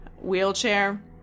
wheelchair